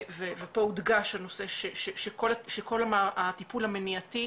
ופה הודגש הנושא של כל הטיפול המניעתי,